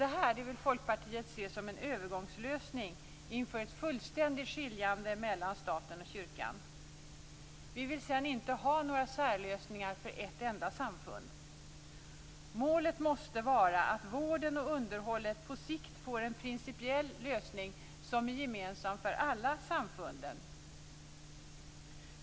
Det här vill Folkpartiet se som en övergångslösning inför ett fullständigt skiljande mellan staten och kyrkan. Vi vill sedan inte ha några särlösningar för ett enda samfund. Målet måste vara att vården och underhållet på sikt får en principiell lösning som är gemensam för alla samfund.